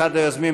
אחד היוזמים,